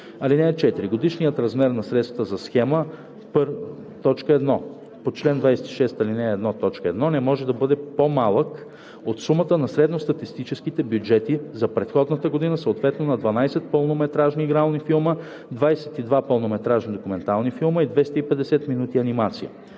т. 6. (4) Годишният размер на средствата за схема: 1. по чл. 26, ал. 1, т. 1 не може да бъде по-малък от сумата на средностатистическите бюджети за предходната година съответно на 12 пълнометражни игрални филма, 22 пълнометражни документални филма и 250 минути анимация;